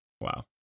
Wow